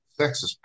sexist